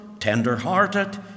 tender-hearted